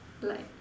like